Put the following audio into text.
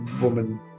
woman